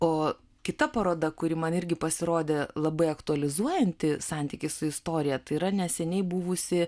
o kita paroda kuri man irgi pasirodė labai aktualizuojanti santykį su istorija yra neseniai buvusi